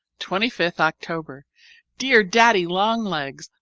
twenty fifth october dear daddy-long-legs,